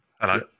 hello